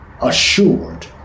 assured